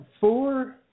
four